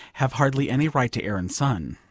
have hardly any right to air and sun.